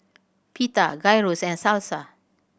Pita Gyros and Salsa